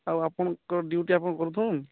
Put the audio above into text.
ଆଉ ଆପଣଙ୍କ ଡ୍ୟୁଟି ଆପଣ କରୁଛନ୍